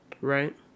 right